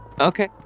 Okay